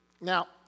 Now